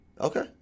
Okay